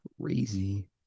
Crazy